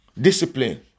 Discipline